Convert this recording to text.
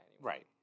Right